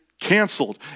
canceled